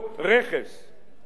על אותו רכס,